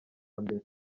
mbere